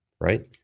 right